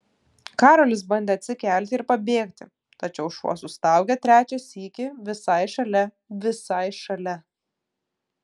karolis bandė atsikelti ir pabėgti tačiau šuo sustaugė trečią sykį visai šalia visai šalia